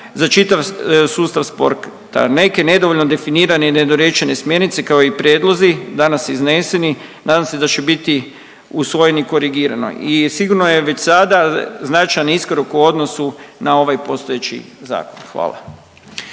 za čitav sustav sporta. Neke nedovoljno definirane i nedorečene smjernice, kao i prijedlozi, danas izneseni, nadam se da će biti usvoji i korigirano. I sigurno je već sada značajan iskorak u odnosu na ovaj postojeći Zakon. Hvala.